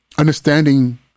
understanding